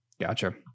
Gotcha